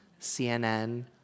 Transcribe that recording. cnn